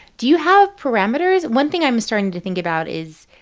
do you have parameters? one thing i'm starting to think about is,